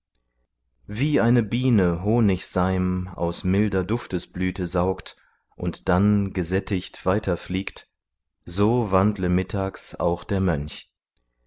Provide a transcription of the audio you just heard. wie eine biene honigseim aus milder duftesblüte saugt und dann gesättigt weiter fliegt so wandle mittags auch der mönch